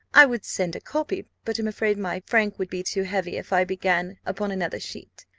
i would send a copy, but am afraid my frank would be too heavy if i began upon another sheet.